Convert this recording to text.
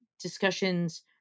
discussions